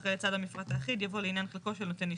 ואחרי צד מפרט האחיד יבוא "לעניין חלקו של נותן אישור".